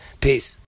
Peace